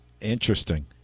Interesting